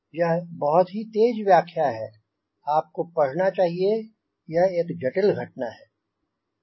यह बहुत ही तेज व्याख्या है आपको पढ़ना चाहिए यह एक जटिल घटना है